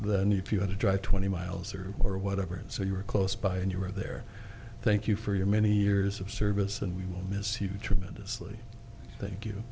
than if you had to drive twenty miles or or whatever so you were close by and you were there thank you for your many years of service and we will miss you tremendously thank you